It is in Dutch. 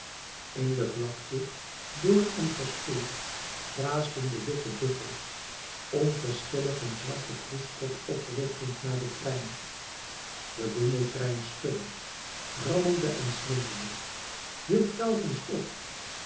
in de vlakte dor en verschroeid graasden de wilde buffels onverschillig hun zwarten kroeskop oprichtend naar den trein de boemeltrein schudde rammelde en slingerde hield telkens op